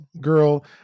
girl